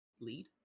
lead